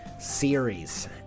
series